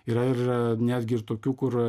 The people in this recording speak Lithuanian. yra ir netgi ir tokių kur